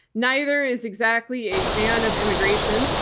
neither is exactly a fan of immigration.